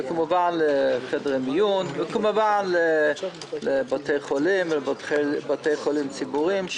וכמובן לחדרי מיון ולבתי חולים ולבתי חולים ציבוריים,